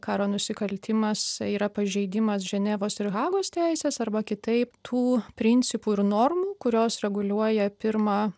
karo nusikaltimas yra pažeidimas ženevos ir hagos teisės arba kitaip tų principų ir normų kurios reguliuoja pirmą